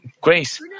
grace